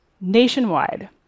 nationwide